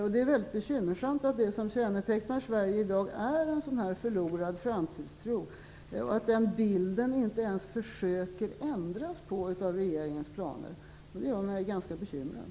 Det är väldigt bekymmersamt att det som kännetecknar Sverige i dag är en förlorad framtidstro, och det förhållandet att regeringen i sin planering inte ens gör ett försök att ändra på detta gör mig ganska bekymrad.